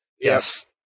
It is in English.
Yes